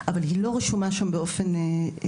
אבל היא לא רשומה שם באופן מוגדר.